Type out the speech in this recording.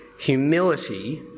humility